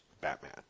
Batman